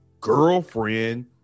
girlfriend